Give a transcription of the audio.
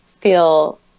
feel